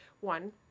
one